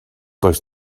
does